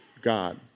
God